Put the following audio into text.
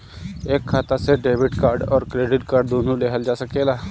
एक खाता से डेबिट कार्ड और क्रेडिट कार्ड दुनु लेहल जा सकेला?